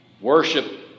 worship